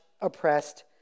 oppressed